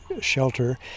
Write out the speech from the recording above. shelter